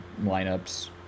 lineups